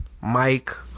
Mike